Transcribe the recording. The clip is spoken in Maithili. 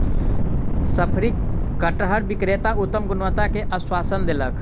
शफरी कटहर विक्रेता उत्तम गुणवत्ता के आश्वासन देलक